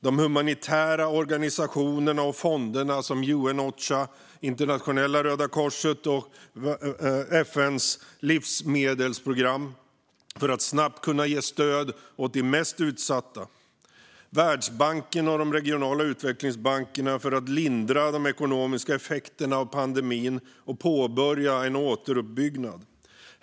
De humanitära organisationerna och fonderna, som UN Ocha, internationella Röda Korset och FN:s livsmedelsprogram, för att snabbt kunna ge stöd åt de mest utsatta. Världsbanken och de regionala utvecklingsbankerna, för att lindra de ekonomiska effekterna av pandemin och påbörja en återuppbyggnad.